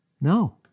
No